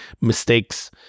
mistakes